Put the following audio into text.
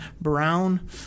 Brown